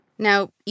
Now